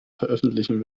veröffentlichen